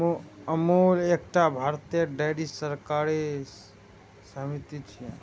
अमूल एकटा भारतीय डेयरी सहकारी समिति छियै